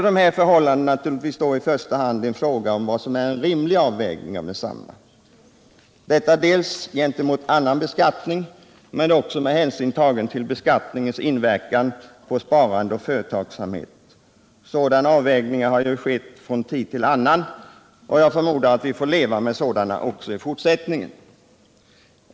Det blir då i första hand en fråga om vad som är en rimlig avvägning av förmögenhetsskatten dels i förhållande till annan beskattning, dels med hänsyn till beskattningens inverkan på sparande och företagande. Sådana avvägningar har ju skett från tid till annan, och jag förmodar att vi även i fortsättningen måste göra sådana.